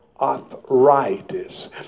arthritis